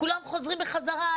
כולם חוזרים בחזרה,